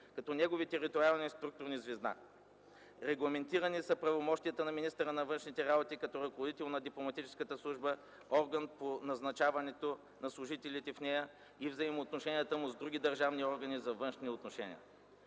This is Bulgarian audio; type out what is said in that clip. като негови териториални структурни звена. Регламентирани са правомощията на министъра на външните работи като ръководител на Дипломатическата служба, орган по назначаването на служителите в нея и взаимоотношенията му с други държавни органи за външни отношения.